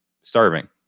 starving